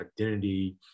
identity